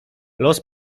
los